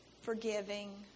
forgiving